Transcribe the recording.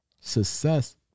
success